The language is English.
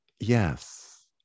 yes